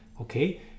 okay